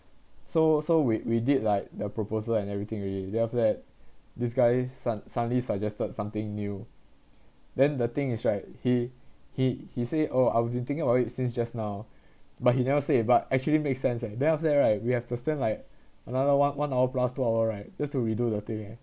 so so we we did like the proposal and everything already then after that this guy sud~ suddenly suggested something new then the thing is right he he he say oh I was thinking about it since just now but he never say but actually make sense eh then after that right we have to spend like another one one hour plus two hour right just to redo the thing eh